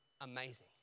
amazing